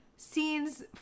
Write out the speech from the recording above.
scenes